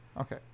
Okay